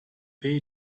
pay